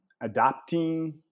adapting